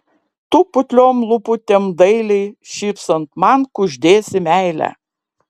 tu putliom lūputėm dailiai šypsant man kuždėsi meilę